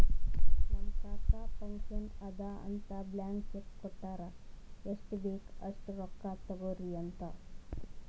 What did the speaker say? ನಮ್ ಕಾಕಾ ಫಂಕ್ಷನ್ ಅದಾ ಅಂತ್ ಬ್ಲ್ಯಾಂಕ್ ಚೆಕ್ ಕೊಟ್ಟಾರ್ ಎಷ್ಟ್ ಬೇಕ್ ಅಸ್ಟ್ ರೊಕ್ಕಾ ತೊಗೊರಿ ಅಂತ್